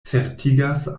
certigas